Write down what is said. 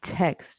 text